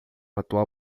atual